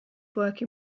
working